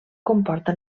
comporta